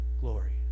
glory